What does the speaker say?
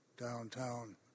downtown